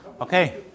Okay